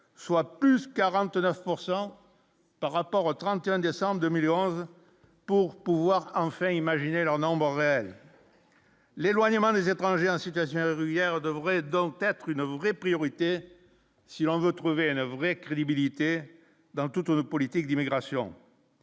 soit plus 49 pourcent par rapport au 31 décembre 2011 pour pouvoir enfin imaginer leur nombre réel l'éloignement des étrangers en situation régulière, devrait donc être une vraie priorité si on veut trouver une vraie crédibilité dans toute une politique d'immigration.